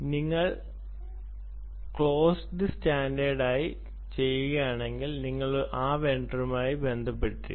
നിങ്ങൾ closed standard ആയി ചെയ്യുകയാണെങ്കിൽ നിങ്ങൾ ആ വെണ്ടറുമായി ബന്ധപ്പെട്ടിരിക്കുന്നു